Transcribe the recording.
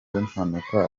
mpanuka